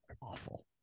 awful